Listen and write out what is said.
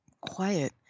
quiet